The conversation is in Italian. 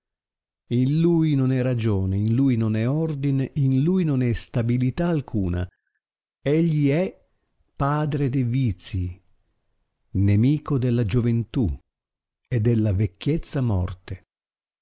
in lui non è ragione in lui non è ordine in lui non è stabilità alcuna egli è padre de vizii nemico della gioventù e della vecchiezza morte